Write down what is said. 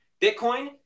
Bitcoin